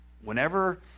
whenever